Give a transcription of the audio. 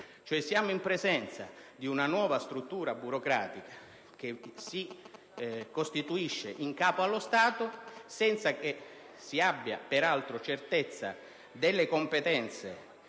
cioè di una nuova struttura burocratica che si costituisce in capo allo Stato senza che si abbia peraltro certezza delle competenze